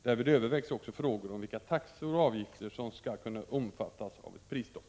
Därvid övervägs också frågor om vilka taxor och avgifter som skall kunna omfattas av ett prisstopp.